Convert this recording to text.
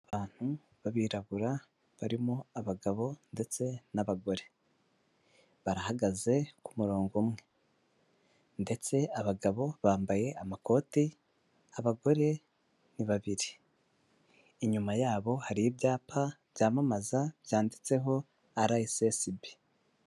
Abantu b'abirabura barimo abagabo ndetse n'abagore, barahagaze ku murongo umwe ndetse abagabo bambaye amakote abagore ni babiri, inyuma yabo hari ibyapa byamamaza byanditseho RSCB.